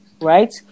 right